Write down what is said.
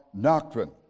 doctrine